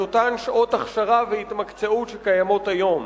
את אותן שעות הכשרה והתמקצעות שקיימות היום.